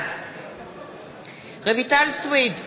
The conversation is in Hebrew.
בעד רויטל סויד,